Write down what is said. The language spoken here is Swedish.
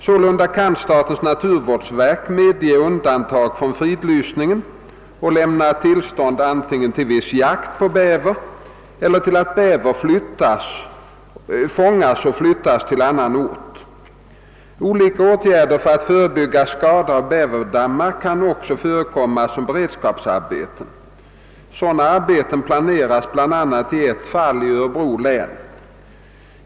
Sålunda kan statens naturvårdsverk medge undantag från fridlysning och lämna tillstånd antingen till viss jakt på bäver eller till att bäver fångas och flyttas till annan ort. Olika åtgärder för att förebygga skador av hbäverdammar kan också förekomma som beredskapsarbeten. Sådana arbeten planeras bl.a. i ett fall i Örebro län.